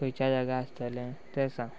खंयच्या जाग्यार आसतलें तें सांग